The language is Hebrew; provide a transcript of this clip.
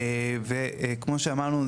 וכמו שאמרנו,